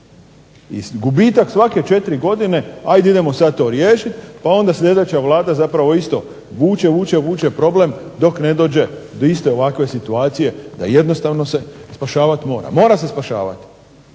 I gubitak svake 4 godine, ajde idemo sad to riješiti pa onda sljedeća Vlada zapravo isto vuče, vuče, vuče problem dok ne dođe do iste ovakve situacije da jednostavno se spašavat mora. Mora se spašavat,